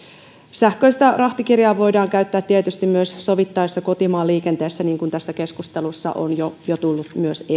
sähköistä rahtikirjaa voidaan käyttää tietysti myös sovittaessa kotimaan liikenteessä niin kuin tässä keskustelussa on myös jo tullut esiin